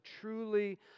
truly